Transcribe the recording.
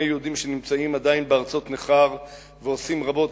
יהודים שנמצאים עדיין בארצות נכר ועושים רבות,